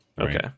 okay